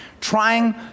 trying